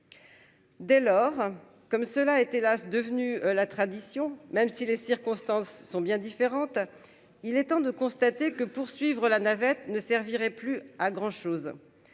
Dès lors, comme cela est hélas devenu la tradition même si les circonstances sont bien différentes, il est temps de constater que Poursuivre la navette ne servirait plus à grand chose,